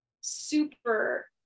super